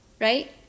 right